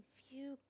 view